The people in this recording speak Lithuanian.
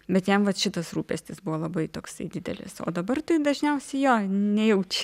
bet jam vat šitas rūpestis buvo labai toksai didelis o dabar tai dažniausiai jo nejaučia